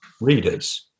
readers